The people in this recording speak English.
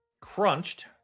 Crunched